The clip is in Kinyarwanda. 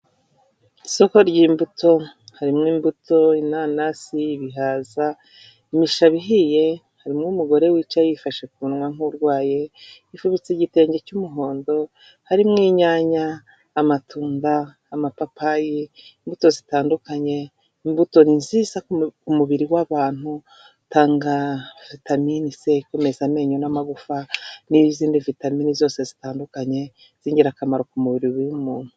Isoko ry'imbuto, harimo imbuto, inanasi, ibihaza, imishaba ihiye, harimo umugore wicaye yifashe ku munwa nk'urwaye, yifubitse igitenge cy'umuhondo, harimo inyanya, amatunda, amapapayi, imbuto zitandukanye, imbuto nziza ku mubiri w'abantu, zitanga vitamini se ikomeza amenyo n'amagufa n'izindi vitamini zose zitandukanye z'ingirakamaro ku mubiri w'umuntu.